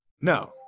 No